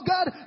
God